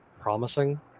promising